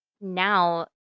now